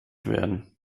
werden